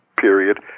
period